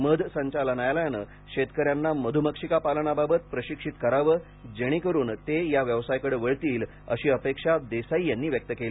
मध संचालनालयाने शेतकऱ्यांना मधुमक्षीपालनाबाबत प्रशिक्षित करावे जेणे करून ते या व्यवसायाकडे वळतील अशी अपेक्षा देसाई यांनी व्यक्त केली